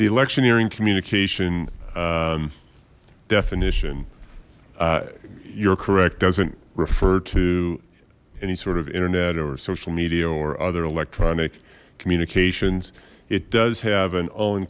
the electioneering communication definition you're correct doesn't refer to any sort of internet or social media or other electronic communications it does have an